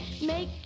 Make